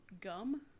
gum